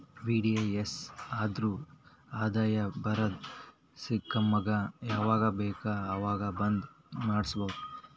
VDIS ಅಂದುರ್ ಆದಾಯ ಬರದ್ ಸ್ಕೀಮಗ ಯಾವಾಗ ಬೇಕ ಅವಾಗ್ ಬಂದ್ ಮಾಡುಸ್ಬೋದು